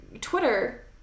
Twitter